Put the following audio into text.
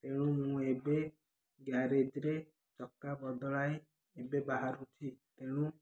ତେଣୁ ମୁଁ ଏବେ ଗ୍ୟାରେଜ୍ରେ ଚକା ବଦଳାଇ ଏବେ ବାହାରୁଛି ତେଣୁ